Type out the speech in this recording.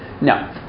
No